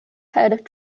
head